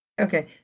Okay